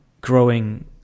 growing